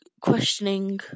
questioning